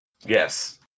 Yes